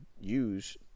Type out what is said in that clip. use